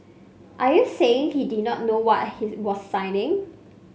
are you saying he did not know what he was signing